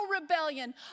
rebellion